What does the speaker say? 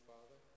Father